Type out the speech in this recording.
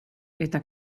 eta